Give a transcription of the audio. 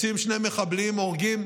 נכון.